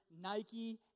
Nike